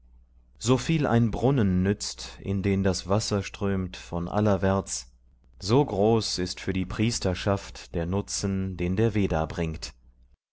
viel ein brunnen nützt in den das wasser strömt von allerwärts so groß ist für die priesterschaft der nutzen den der veda bringt